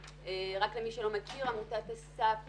למי שלא מכיר, עמותת א.ס.ף.